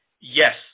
yes